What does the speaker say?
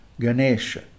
Ganesha